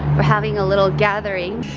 we're having a little gathering.